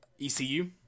ECU